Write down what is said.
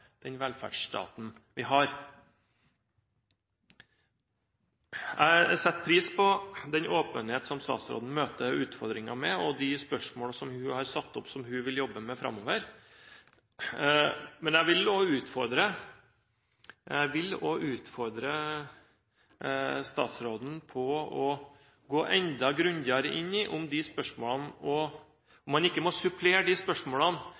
den velferdsstaten vi har. Jeg setter pris på den åpenhet som statsråden møter utfordringen med, og de spørsmålene som hun har satt opp og som hun vil jobbe med framover. Men jeg vil også utfordre statsråden til å gå enda grundigere inn i om man ikke må supplere de spørsmålene